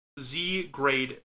Z-grade